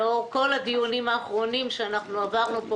לאור כל הדיונים האחרונים שאנחנו עברנו פה